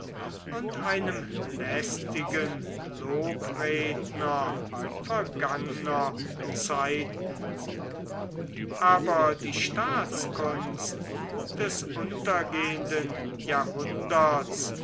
und einem lästigen lobredner vergangener zeiten aber die staatskunst des untergehenden jahrhunderts